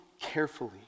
carefully